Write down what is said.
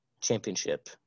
championship